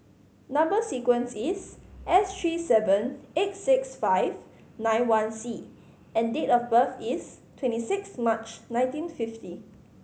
number sequence is S three seven eight six five nine one C and date of birth is twenty six March nineteen fifty